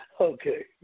Okay